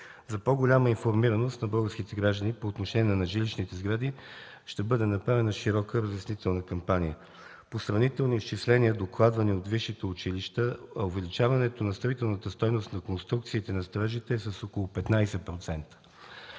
За по-голяма информираност на българските граждани по отношение на жилищните сгради ще бъде направена широка разяснителна кампания. По сравнителни изчисления, докладвани от висшите училища, увеличаването на строителната стойност на конструкциите на строежите е с около 15%.